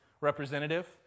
representative